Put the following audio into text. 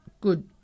good